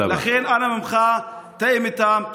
לכן, אנא ממך, תאם איתם.